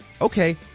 Okay